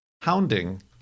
hounding